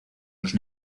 los